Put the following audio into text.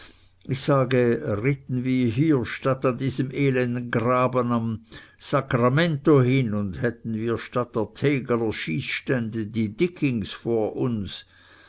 ich sage ritten wir hier statt an diesem elenden graben am sacramento hin und hätten wir statt der tegeler schießstände die diggings vor uns